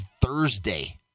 Thursday